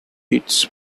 its